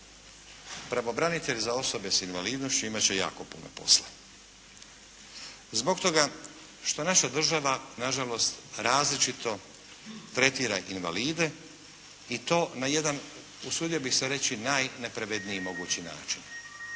Pravobranitelj za osobe s invalidnošću imat će jako puno posla. Zbog toga što naša država, na žalost, različito tretira invalide i to na jedan usudio bih se reći najnepravedniji mogući način